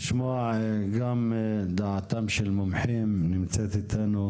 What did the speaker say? אני רוצה לשמוע גם את דעתם של מומחים, נמצאת איתנו